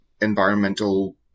environmental